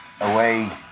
away